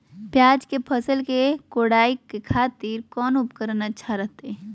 प्याज के फसल के कोढ़ाई करे खातिर कौन उपकरण अच्छा रहतय?